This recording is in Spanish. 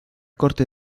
corte